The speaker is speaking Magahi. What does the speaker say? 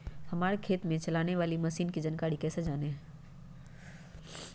हमारे खेत में चलाने वाली मशीन की जानकारी कैसे जाने?